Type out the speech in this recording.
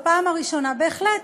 בהחלט,